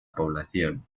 población